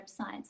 websites